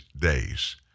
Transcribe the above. days